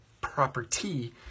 property